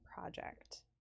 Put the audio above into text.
Project